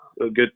good